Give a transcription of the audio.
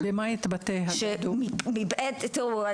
תראו,